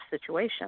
situation